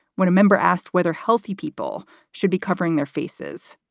when a member asked whether healthy people should be covering their faces,